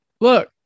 Look